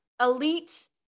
Elite